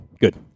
good